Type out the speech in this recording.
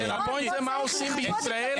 הפוינט זה מה עושים בישראל.